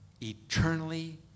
eternally